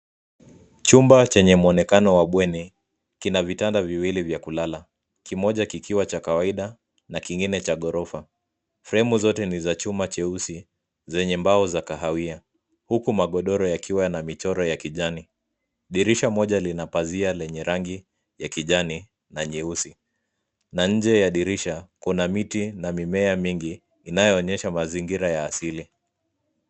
Chumba chenye muonekano wa bweni; kina vitanda viwili vya kulala, kimoja kikiwa cha kawaida na kingine cha gorofa. Fremu zote ni za chuma cheusi, zenye mbao za kahawia huku magodoro yakiwa na michoro ya kijani. Dirisha moja lina pazia lenye rangi ya kijani na nyeusi. Na nje ya dirisha kuna miti na mimea mingi, inayoonyesha mazingira ya asili.